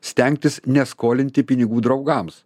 stengtis neskolinti pinigų draugams